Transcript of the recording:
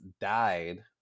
died